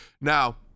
Now